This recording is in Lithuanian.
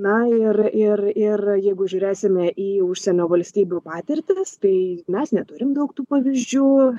na ir ir ir jeigu žiūrėsime į užsienio valstybių patirtis tai mes neturim daug tų pavyzdžių